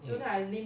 mm